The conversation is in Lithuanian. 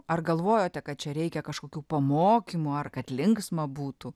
ar galvojote kad čia reikia kažkokių pamokymų ar kad linksma būtų